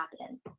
happen